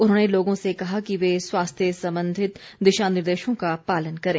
उन्होंने लोगों से कहा कि वे स्वास्थ्य सम्बंधित दिशानिर्देशों का पालन करें